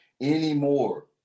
anymore